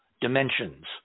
dimensions